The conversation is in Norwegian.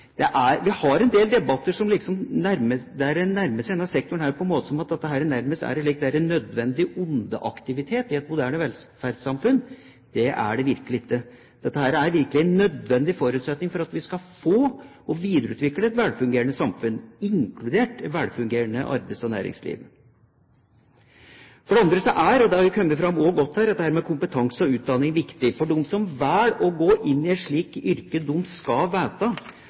Vi har hatt en del debatter der en har nærmet seg denne sektoren på en måte som om den nærmest er en «et nødvendig onde»-aktivitet i et moderne velferdssamfunn. Det er den virkelig ikke. Den er en nødvendig forutsetning for at vi skal få til og videreutvikle et velfungerende samfunn, inkludert et velfungerende arbeids- og næringsliv. For det andre, og det har også kommet godt fram her, er kompetanse og utdanning viktig. De som velger å gå inn i et slikt yrke, skal vite på forhånd, før de går inn i jobben, at de skal